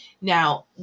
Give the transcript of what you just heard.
Now